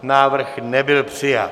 Návrh nebyl přijat.